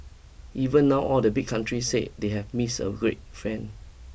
even now all the big countries say they have missed a great friend